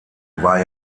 war